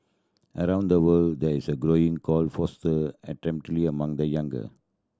around the world there is a growing call to foster among the younger